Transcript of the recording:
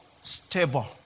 stable